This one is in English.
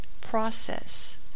process